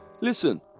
Listen